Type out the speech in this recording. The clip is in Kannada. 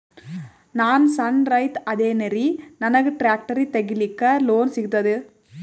ನಾನ್ ಸಣ್ ರೈತ ಅದೇನೀರಿ ನನಗ ಟ್ಟ್ರ್ಯಾಕ್ಟರಿ ತಗಲಿಕ ಲೋನ್ ಸಿಗತದ?